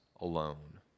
alone